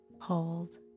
hold